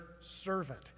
servant